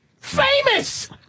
famous